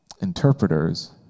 interpreters